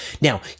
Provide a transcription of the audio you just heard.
Now